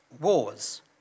wars